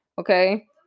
Okay